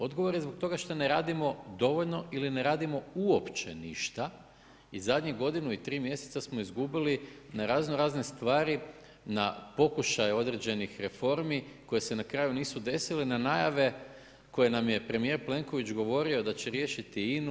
Odgovor je zbog toga što je radimo dovoljno ili ne radimo uopće ništa i zadnjih godinu i tri mjeseca smo izgubili na raznorazne stvari, na pokušaje određenih reformi koje se na kraju nisu desile na najave koje nam je premijer Plenković govorio da će riješiti INA-u.